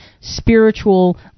spiritual